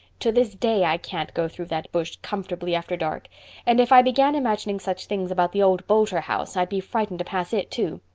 to this day i can't go through that bush comfortably after dark and if i began imagining such things about the old boulter house i'd be frightened to pass it too.